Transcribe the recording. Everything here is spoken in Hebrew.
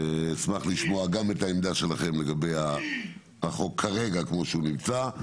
אשמח לשמוע גם את העמדה שלכם לגבי החוק כרגע כמו שהוא נמצא,